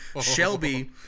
Shelby